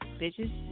Bitches